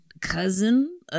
cousin